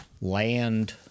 Land